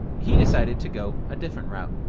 he decided to go a different route.